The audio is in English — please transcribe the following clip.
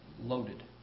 loaded